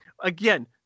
Again